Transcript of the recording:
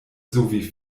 sowie